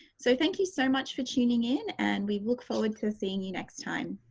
so, thank you so much for tuning in and we look forward to seeing you next time.